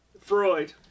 Freud